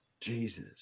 Jesus